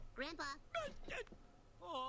Grandpa